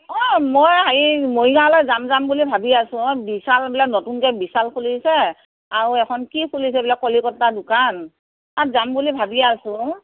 অঁ মই হেৰি মৰিগাঁৱলৈ যাম যাম বুলি ভাবি আছোঁ অঁ বিশাল বোলে নতুনকৈ বিশাল খুলিছে আৰু এখন কি খুলিছে বোলো কলিকতা দোকান তাত যাম বুলি ভাবি আছোঁ